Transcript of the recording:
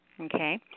Okay